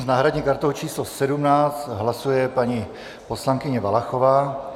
S náhradní kartou číslo 17 hlasuje paní poslankyně Valachová.